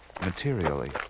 materially